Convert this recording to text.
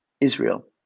Israel